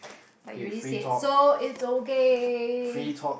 but you already said so it's okay